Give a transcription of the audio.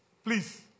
Please